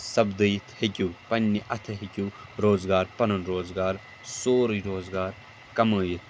سَپدٲوِتھ ہؠکِو پَنٕنہِ اَتھٕ ہؠکِو روزگار پَنُن روزگار سورُے روزگار کمٲوِتھ